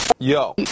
Yo